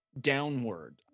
downward